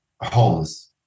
homes